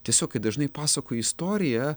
tiesiog kai dažnai pasakoji istoriją